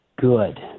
good